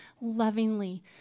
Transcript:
lovingly